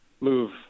move